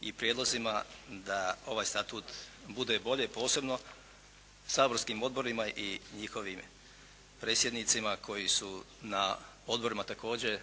i prijedlozima da ovaj statut bude bolje, posebno saborskim odborima i njihovim predsjednicima koji su na odborima također